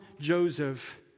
Joseph